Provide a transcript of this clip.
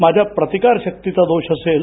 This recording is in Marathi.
माझ्या प्रतीकार शक्तीचा दोष असेल